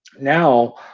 now